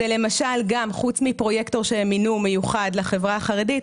זה למשל חוץ מפרויקט מיוחד שהם מינו לחברה החרדית,